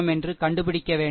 என்று கண்டுபிடிக்க வேண்டும்